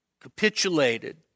capitulated